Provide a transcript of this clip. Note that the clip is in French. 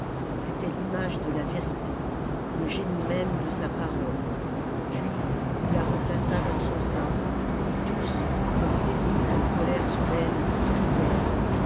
c'était l'image de la vérité le génie même de sa parole puis il la replaça dans son sein et tous comme saisis d'une colère soudaine crièrent